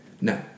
No